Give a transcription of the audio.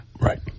Right